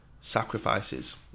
sacrifices